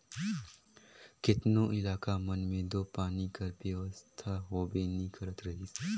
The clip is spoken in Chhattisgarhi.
केतनो इलाका मन मे दो पानी कर बेवस्था होबे नी करत रहिस